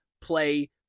play